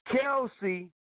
Kelsey